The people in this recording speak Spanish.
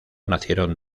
nacieron